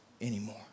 anymore